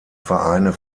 vereine